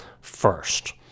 first